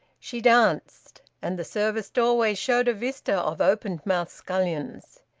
she danced and the service-doorway showed a vista of open-mouthed scullions.